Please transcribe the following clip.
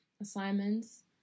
assignments